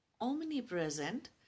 omnipresent